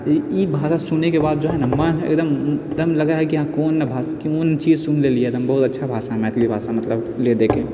ई भाषा सुनैके बाद जो है न मन एकदम लगै है कि कोन चीज सुन लेलियै एकदम बहुत अच्छा भाषा है मैथिली भाषा मतलब लए दे के